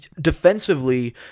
defensively